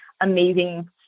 amazing